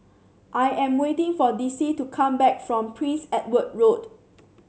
I am waiting for Dicie to come back from Prince Edward Road